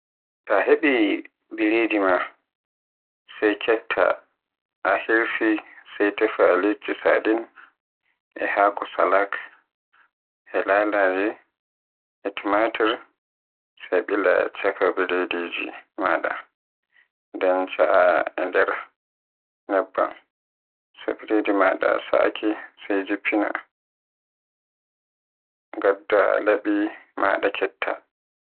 Ta hebi biredi ma sai ketta a hirsi sai tefa liddi sadin, e haako salak, e lalaje, e tumatur, sai bila caaka birediji maada nden ca'aa e nder nebban. So biridi maada sa'ake sai jiffina ngadda laabi maada ketta.